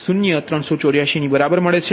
0384 ની બરાબર છે